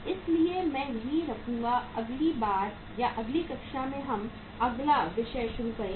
इसलिए मैं यहीं रुकूंगा अगली बार या अगली कक्षा में हम अगला विषय शुरू करेंगे